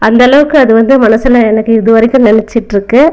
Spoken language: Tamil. அந்த அளவுக்கு அது வந்து மனசில் எனக்கு இது வரைக்கும் நிலச்சிட்ருக்கு